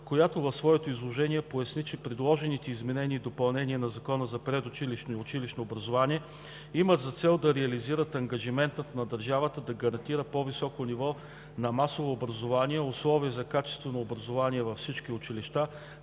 която в своето изложение поясни, че предложените изменения и допълнения на Закона за предучилищно и училищно образование имат за цел да реализират ангажимента на държавата да гарантира по-високо ниво на масово образование, условия за качествено образование във всички училища,